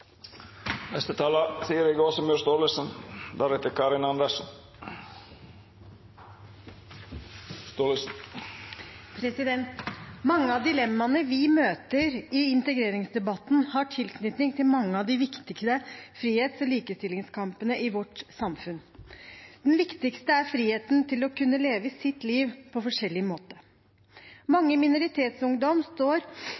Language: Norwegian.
Mange av dilemmaene vi møter i integreringsdebatten, har tilknytning til mange av de viktigste frihets- og likestillingskampene i vårt samfunn. Den viktigste er friheten til å kunne leve sitt liv på